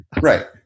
right